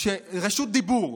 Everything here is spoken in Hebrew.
רשות דיבור.